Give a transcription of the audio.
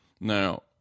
Now